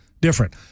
different